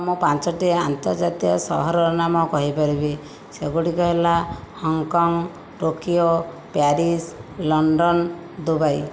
ହଁ ମୁଁ ପାଞ୍ଚଟି ଆନ୍ତର୍ଜାତୀୟ ସହର ନାମ କହିପାରିବି ସେଗୁଡ଼ିକ ହେଲା Hong Kong Tokyo Paris London Dubai